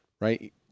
right